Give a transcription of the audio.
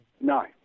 No